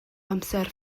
amser